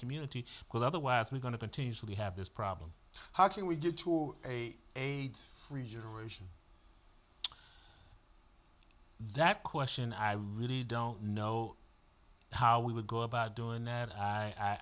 community because otherwise we're going to continually have this problem how can we do to a aids free generation that question i really don't know how we would go about doing that i